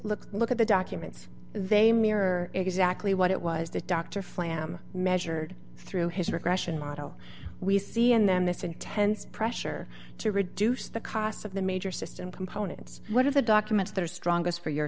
look look at the documents they mirror exactly what it was that dr flam measured through his regression model we see in them this intense pressure to reduce the costs of the major system components what are the documents that are strongest for your